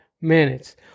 minutes